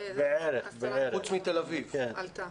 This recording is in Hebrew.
חוץ מתל אביב, שעלתה.